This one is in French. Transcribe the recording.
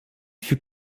fut